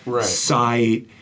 sight